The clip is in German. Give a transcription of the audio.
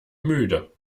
müde